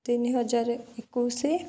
ତିନି ହଜାର ଏକୋଇଶ